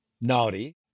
naughty